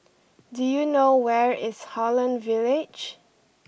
do you know where is Holland Village